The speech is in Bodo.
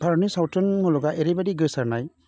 भारतनि सावथुन मुलुगा ओरैबादि गोसारनाय